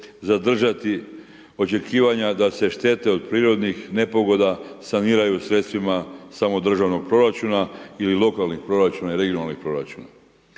zadržati očekivanja da se štete od prirodnih nepogoda saniraju sredstvima samo državnog proračuna ili lokalnih i regionalnih proračuna.